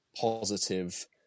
positive